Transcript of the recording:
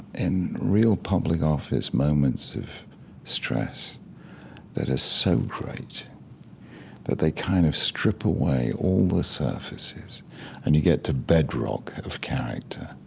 in real public office, moments of stress that are so great that they kind of strip away all the surfaces and you get to bedrock of character.